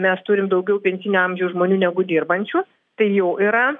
mes turim daugiau pensijinio amžiaus žmonių negu dirbančių tai jau yra